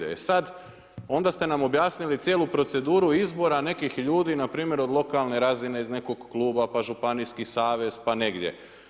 E sad, onda ste nam objasnili cijelu proceduru izbora nekih ljudi, npr. od lokalne razine iz nekog kluba, pa županijski savez pa negdje.